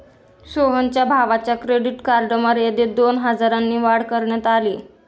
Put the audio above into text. सोहनच्या भावाच्या credit card मर्यादेत दोन हजारांनी वाढ करण्यात आली